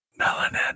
melanin